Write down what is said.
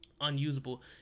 unusable